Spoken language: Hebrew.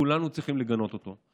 כולנו צריכים לגנות אותו.